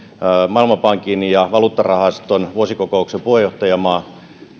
maailmanpankin ja valuuttarahaston vuosikokouksen puheenjohtajamaa